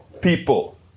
people